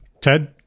Ted